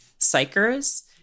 Psychers